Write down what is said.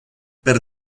per